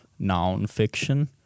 nonfiction